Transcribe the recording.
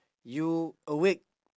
you awake